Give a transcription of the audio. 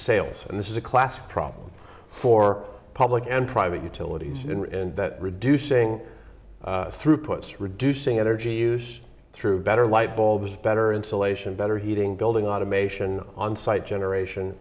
sales and this is a classic problem for public and private utilities that reducing throughputs reducing energy use through better light bulbs better insulation better heating building automation on site generation